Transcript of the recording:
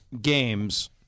games –